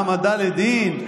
ההעמדה לדין,